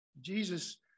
Jesus